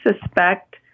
suspect